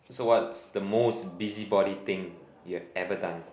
so what's the most busybody thing you've ever done